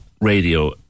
radio